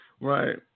Right